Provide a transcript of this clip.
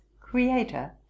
creator